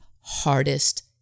hardest